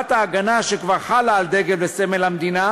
ההגנה שכבר חלה על דגל המדינה וסמל המדינה,